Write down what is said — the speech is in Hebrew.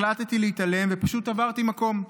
החלטתי להתעלם ופשוט עברתי מקום,